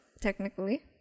technically